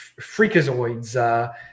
freakazoids